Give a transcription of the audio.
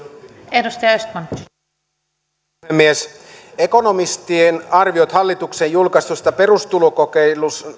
arvoisa puhemies ekonomistien arviot hallituksen julkaistuista perustulokokeilun